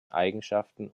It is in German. eigenschaften